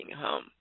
home